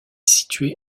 situé